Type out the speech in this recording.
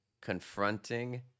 confronting